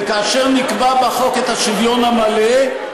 וכאשר נקבע בחוק את השוויון המלא,